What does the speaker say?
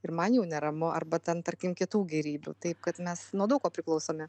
ir man jau neramu arba ten tarkim kitų gėrybių taip kad mes nuo daug ko priklausomi